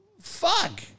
fuck